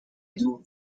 دور